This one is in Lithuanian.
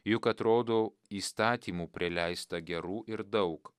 juk atrodo įstatymų prileista gerų ir daug